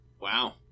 Wow